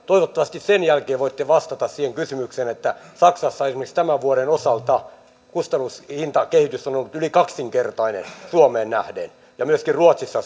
toivottavasti sen jälkeen voitte vastata siihen kysymykseen että saksassa esimerkiksi tämän vuoden osalta kustannus hinta kehitys on ollut yli kaksinkertainen suomeen nähden ja myöskin ruotsissa